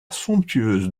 somptueuse